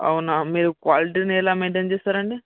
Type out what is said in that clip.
అవునా మీరు క్వాలిటీని ఎలా మెయిన్టైన్ చేస్తారు అండి